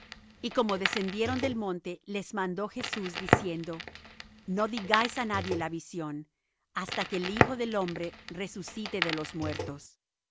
y como descendieron del monte les mandó jesús diciendo no digáis á nadie la visión hasta que el hijo del hombre resucite de los muertos